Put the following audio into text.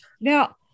Now